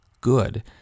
good